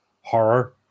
horror